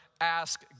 ask